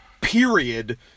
period